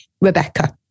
rebecca